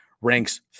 ranks